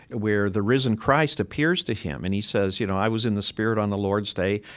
where the risen christ appears to him and he says, you know, i was in the spirit on the lord's day,